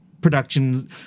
production